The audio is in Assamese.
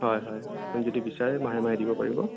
হয় হয় আপুনি যদি বিচাৰে মাহে মাহে দিব পাৰিব